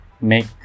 make